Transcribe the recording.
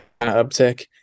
uptick